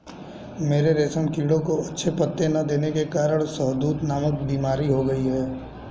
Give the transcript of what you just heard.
मेरे रेशम कीड़ों को अच्छे पत्ते ना देने के कारण शहदूत नामक बीमारी हो गई है